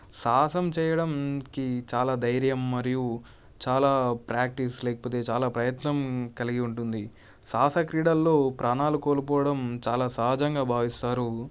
సాహసం చేయడానికి చాలా ధైర్యం మరియు చాలా ప్రాక్టీస్ లేకపోతే చాలా ప్రయత్నం కలిగి ఉంటుంది సాహస క్రీడల్లో ప్రాణాలు కోల్పోవడం చాలా సహజంగా భావిస్తారు